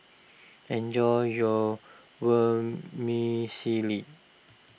enjoy your Vermicelli